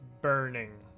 burning